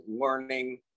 learning